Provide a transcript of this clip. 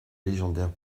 légendaire